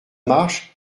marche